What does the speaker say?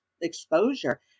exposure